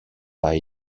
pas